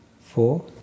four